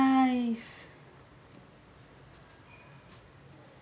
nice